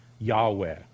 Yahweh